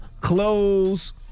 Clothes